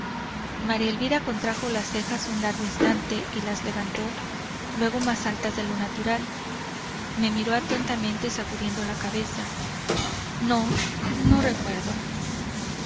maría elvira contrajo las cejas un largo instante y las levantó luego más altas que lo natural me miró atentamente sacudiendo la cabeza no no recuerdo